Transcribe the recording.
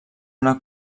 una